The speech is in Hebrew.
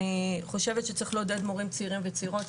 אני חושבת שצריך לעודד מורים צעירים וצעירות,